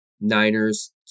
Niners